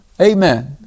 Amen